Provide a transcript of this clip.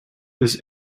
this